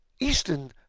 Eastern